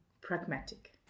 pragmatic